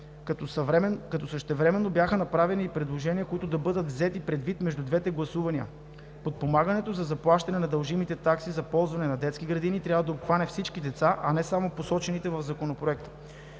като същевременно бяха направени и предложения, които да бъдат взети предвид между двете гласувания. Подпомагането за заплащане на дължимите такси за ползване на детски градини трябва да обхване всички деца, а не само посочените в Законопроекта.